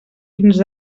fins